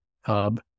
hub